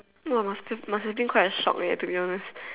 !wah! must have must have been quite a shock leh to be honest